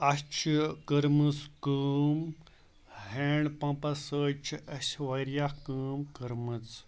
اَسہِ چھِ کٔرمٕژ کٲم ہینٛڈ پَمپَس سۭتۍ چھِ اَسہِ واریاہ کٲم کٔرمٕژ